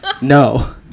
No